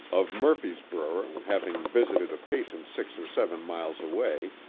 of murfreesboro, having visited a patient six or seven miles away,